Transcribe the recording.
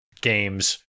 games